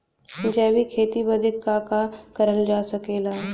जैविक खेती बदे का का करल जा सकेला?